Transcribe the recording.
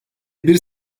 bir